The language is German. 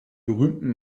berühmten